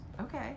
Okay